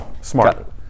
Smart